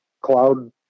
cloud